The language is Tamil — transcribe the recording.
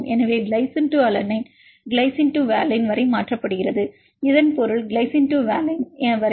எனவே கிளைசின் - அலனைன் கிளைசின் வாலின் வரை மாற்றப்படுகிறது இதன் பொருள் கிளைசின் - வாலின் வரை